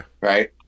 Right